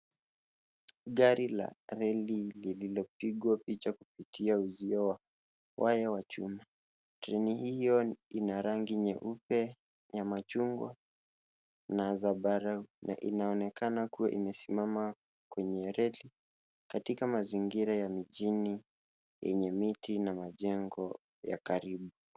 Gari la reli lililopigwa picha kupitia uzio wa waya wa chuma. Treni hio ina rangi nyeupe, ya machungwa na zmabarau na inaonekana kuwa imesimama kwenye reli katika mazingira ya mijini yenye miti na majengo ya karibu.